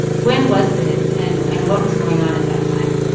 when was this, and and what was going on at that time?